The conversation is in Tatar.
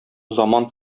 заман